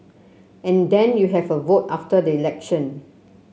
and then you have a vote after the election